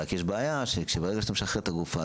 רק יש בעיה שברגע שאתה משחרר את הגופה,